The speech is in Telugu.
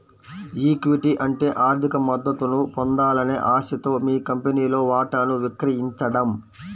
ఈక్విటీ అంటే ఆర్థిక మద్దతును పొందాలనే ఆశతో మీ కంపెనీలో వాటాను విక్రయించడం